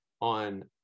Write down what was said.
on